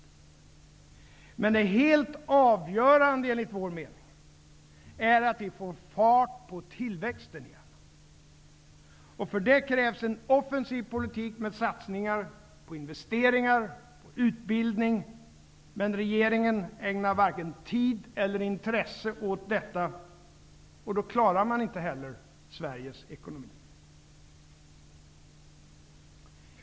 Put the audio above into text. Men det helt avgörande, enligt vår mening, är att vi får fart på tillväxten. För det krävs det en offensiv politik med satsningar på investeringar och utbildning. Men regeringen ägnar varken tid eller intresse åt detta, och då klarar man inte heller Sveriges ekonomi.